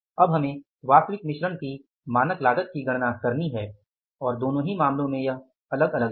अब हमें वास्तविक मिश्रण की मानक लागत की गणना करनी है और दोनों ही मामलों में यह अलग अलग है